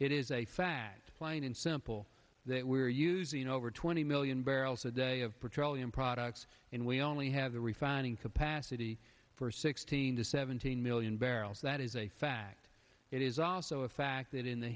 it is a fact plain and simple that we are using over twenty million barrels a day of petroleum products and we only have the refining capacity for sixteen to seventeen million barrels that is a fact it is also a fact that in the